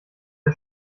der